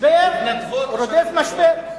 משבר רודף משבר.